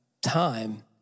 time